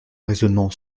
raisonnement